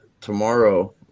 tomorrow –